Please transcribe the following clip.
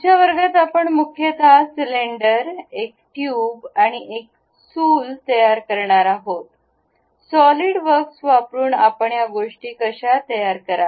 आजच्या वर्गात आपण मुख्यत सिलिंडर एक ट्यूब आणि एक चूल तयार करणार आहोत सॉलीडवर्क वापरुन आपण या गोष्टी कशा तयार कराल